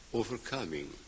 overcoming